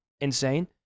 insane